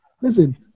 listen